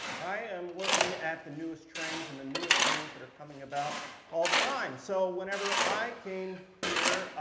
i am looking at the newest trends and the newest things that are coming about all the time. so whenever i came here,